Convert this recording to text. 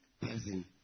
person